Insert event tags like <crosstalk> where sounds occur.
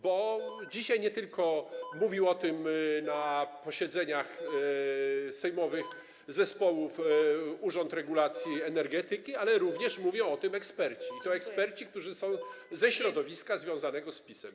Bo dzisiaj nie tylko <noise> mówił o tym na posiedzeniach sejmowych zespołów Urząd Regulacji Energetyki, ale również mówią o tym eksperci, i to eksperci, którzy są ze środowiska związanego z PiS-em.